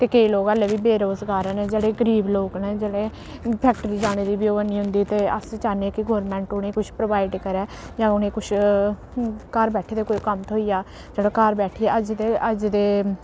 ते केईं लोक हल्लै बी बेरोजगार न जेह्ड़े गरीब लोक न जेह्ड़े फैक्टरी जाने दी बी ओह् हैन्नी उं'दी ते अस चाह्न्नें कि गौरमैंट उ'नें गी कुछ प्रोवाइड करै जां उ'नें गी कुछ घर बैठे दे कोई कम्म थ्होई जा जेह्ड़ा घर बैठे दे अज्ज दे अज्ज दे